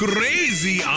Crazy